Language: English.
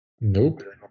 Nope